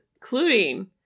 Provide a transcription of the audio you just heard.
Including